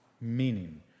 Meaning